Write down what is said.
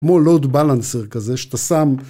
מול Load Balancer כזה, שאתה שם...